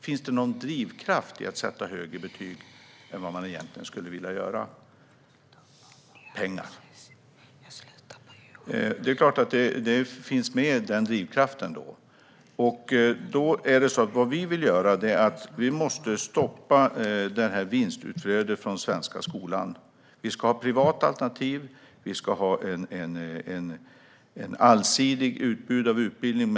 Finns det någon drivkraft att sätta högre betyg än man egentligen skulle vilja göra? Svaret är pengar. Det är klart att det finns med i denna drivkraft. Vi måste stoppa detta vinstutflöde från den svenska skolan. Det är vad vi vill göra. Vi ska ha privata alternativ och ett allsidigt utbud av utbildning.